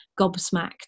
gobsmacked